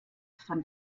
fand